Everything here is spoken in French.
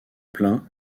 plains